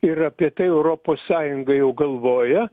ir apie tai europos sąjunga jau galvoja